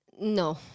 No